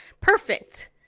perfect